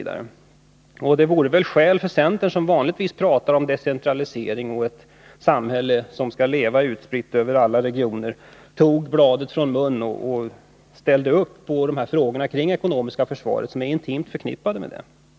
Det vore skäl för centern, som vanligtvis pratar om decentralisering och ett levande samhälle som skall vara utspritt över alla regioner, att ta bladet från munnen när det gäller frågorna kring det ekonomiska försvaret, som är intimt förknippade med decentraliseringstanken.